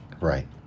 Right